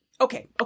okay